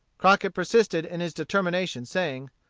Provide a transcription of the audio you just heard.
crockett persisted in his determination, saying,